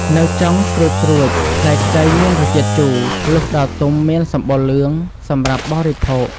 នៅចុងស្រួចៗផ្លែខ្ចីមានរសជាតិជូរ លុះដល់ទុំមានសម្បុរលឿង សម្រាប់បរិភោគ ។